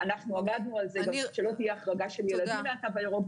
עבדנו על כך שלא תהיה החרגה של ילדים מהתו הירוק,